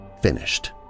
Finished